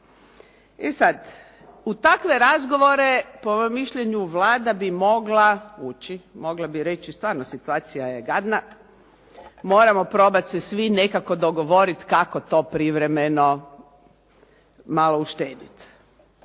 E sada, u takve razgovore po mišljenju Vlada bi mogla ući, mogla bi reći stvarno situacija je gadna, moramo probati se svi nekako dogovoriti kako to privremeno malo uštedjeti.